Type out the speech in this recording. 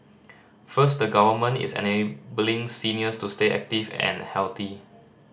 first the Government is enabling seniors to stay active and healthy